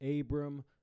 Abram